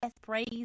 praise